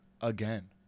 again